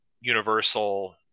universal